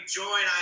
join